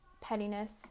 pettiness